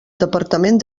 departament